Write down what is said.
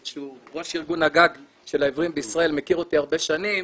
שהוא ראש ארגון הגג של העיוורים בישראל מכיר אותי הרבה שנים,